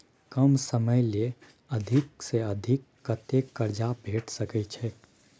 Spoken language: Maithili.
कम समय ले अधिक से अधिक कत्ते कर्जा भेट सकै छै?